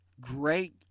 great